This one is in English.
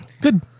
Good